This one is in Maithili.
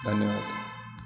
धन्यवाद